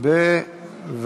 (מספר הסגנים),